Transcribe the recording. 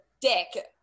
dick